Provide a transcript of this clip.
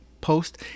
post